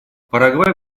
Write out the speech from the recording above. парагвай